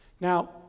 Now